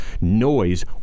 noise